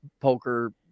poker